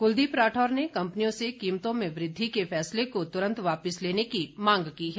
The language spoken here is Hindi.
कुलदीप राठौर ने कम्पनियों से कीमतों में वृद्धि के फैसले को तुरन्त वापिस लेने की मांग की है